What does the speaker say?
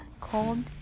called